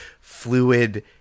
fluid